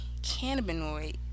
cannabinoid